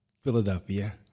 Philadelphia